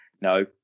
No